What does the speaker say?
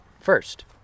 first